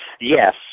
yes